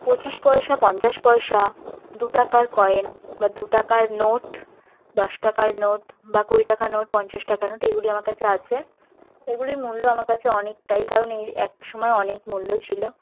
পঁচিশ পয়সা পঞ্চাশ পয়সা দু টাকার কয়েন বা দু টাকার নোট দশ টাকার নোট বা কুড়ি টাকার নোট পঞ্চাশ টাকার নোট এগুলি আমার কাছে আছে এগুলির মূল্য আমার কাছে অনেকটাই কারণ এর একসময় অনেক মূল্য ছিল